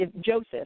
Joseph